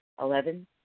Eleven